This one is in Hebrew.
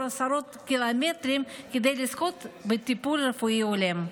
עשרות קילומטרים כדי לזכות בטיפול רפואי הולם.